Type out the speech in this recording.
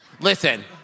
Listen